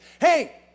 Hey